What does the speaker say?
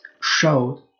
showed